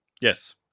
Yes